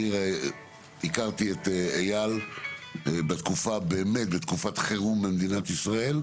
אני הכרתי את אייל באמת בתקופת חירום במדינת ישראל,